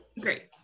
Great